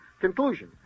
Conclusion